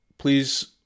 please